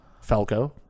Falco